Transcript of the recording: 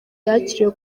yakiriwe